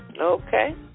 Okay